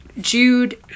Jude